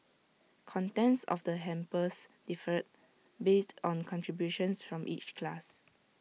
contents of the hampers differed based on contributions from each class